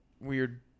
weird